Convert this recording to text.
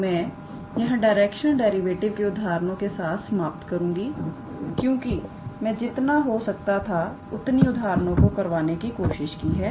तो मैं यहां डायरेक्शनल डेरिवेटिव के उदाहरणों के साथ समाप्त करूंगी क्योंकि मैं जितना हो सकता था उतनी उदाहरणों को करवाने की कोशिश की है